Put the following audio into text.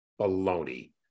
Baloney